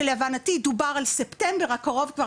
שלהבנתי דובר על ספטמבר הקרוב כבר